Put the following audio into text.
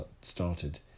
started